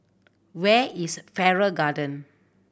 where is Farrer Garden